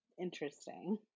interesting